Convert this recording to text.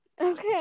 Okay